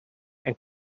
and